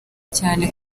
cyane